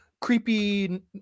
Creepy